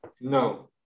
No